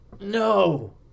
No